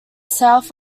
south